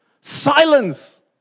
silence